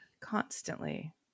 Constantly